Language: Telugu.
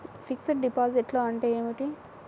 ఫిక్సడ్ డిపాజిట్లు అంటే ఏమిటి?